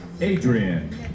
Adrian